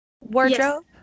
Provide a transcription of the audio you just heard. wardrobe